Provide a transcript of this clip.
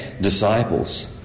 disciples